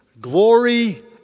glory